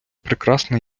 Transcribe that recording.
прекрасна